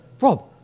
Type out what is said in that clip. Rob